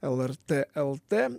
lrt lt